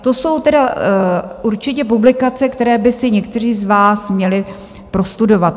To jsou tedy určitě publikace, které by si někteří z vás měli prostudovat.